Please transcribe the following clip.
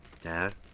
Dad